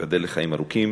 ייבדל לחיים ארוכים.